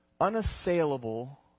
unassailable